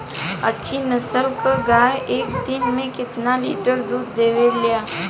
अच्छी नस्ल क गाय एक दिन में केतना लीटर दूध देवे ला?